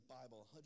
Bible